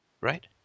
right